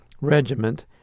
Regiment